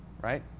right